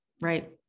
right